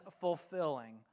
fulfilling